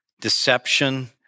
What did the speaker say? deception